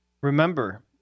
Remember